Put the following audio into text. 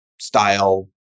style